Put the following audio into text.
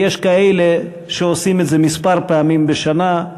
ויש כאלה שעושים את זה כמה פעמים בשנה,